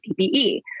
PPE